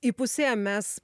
įpusėjom mes